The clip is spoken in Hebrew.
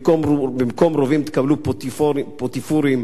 במקום רובים תקבלו פטיפורים,